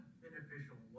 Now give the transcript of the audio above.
beneficial